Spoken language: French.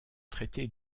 traiter